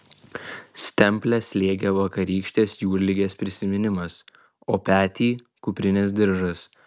stemplę slėgė vakarykštės jūrligės prisiminimas o petį kuprinės diržas